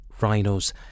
rhinos